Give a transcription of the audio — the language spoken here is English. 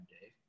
Dave